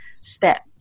step